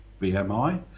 BMI